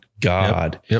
God